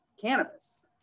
cannabis